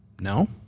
No